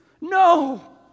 no